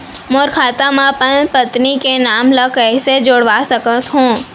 मोर खाता म अपन पत्नी के नाम ल कैसे जुड़वा सकत हो?